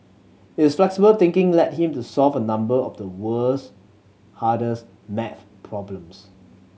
his flexible thinking led him to solve a number of the world's hardest maths problems